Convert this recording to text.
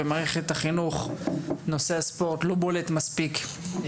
בנושא החינוך נושא הספורט לא בולט מספיק,